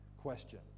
Question